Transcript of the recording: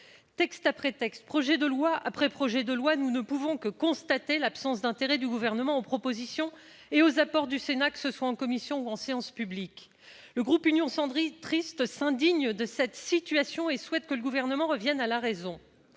Texte après texte, projet de loi après projet de loi, nous ne pouvons que constater l'absence d'intérêt manifesté par le Gouvernement pour les propositions et les apports du Sénat, que ce soit en commission ou en séance publique. Le groupe Union Centriste s'indigne de cette situation et souhaite que le Gouvernement revienne à la raison.